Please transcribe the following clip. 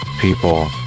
people